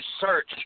search